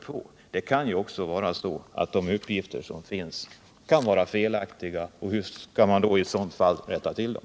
Det kan ju vara så att de uppgifter man grundar utslaget på är felaktiga. Hur skall man annars i sådant fall kunna rätta till dem?